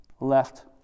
left